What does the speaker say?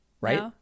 Right